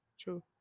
True